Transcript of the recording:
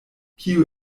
kiu